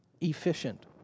efficient